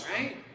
right